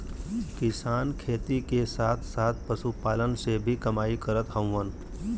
किसान खेती के साथ साथ पशुपालन से भी कमाई करत हउवन